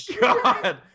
god